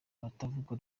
abatavuga